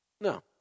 No